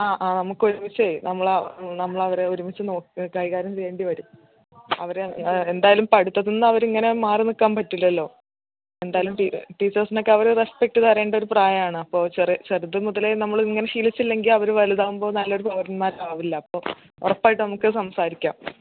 ആ ആ നമുക്ക് ഒരുമിച്ചേ നമ്മൾ ആ നമ്മൾ അവരെ ഒരുമിച്ച് നോ കൈകാര്യം ചെയ്യേണ്ടി വരും അവർ എന്തായാലും അവർ പഠിത്തത്തിൽ നിന്ന് ഇങ്ങനെ മാറി നിൽക്കാൻ പറ്റില്ലല്ലോ എന്തായാലും ടീ ടീച്ചേഴ്സിനൊക്കെ അവർ റെസ്പെക്റ്റ് തരേണ്ട ഒരു പ്രായമാണ് അപ്പോൾ ചെറ് ചെറുത് മുതലേ നമ്മളിങ്ങനെ ശീലിച്ചിലെങ്കിൽ അവർ വലുതാവുമ്പോൾ നല്ലൊരു പൗരന്മാരാവില്ല അപ്പോൾ ഉറപ്പായിട്ട് നമുക്ക് സംസാരിക്കാം